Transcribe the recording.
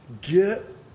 get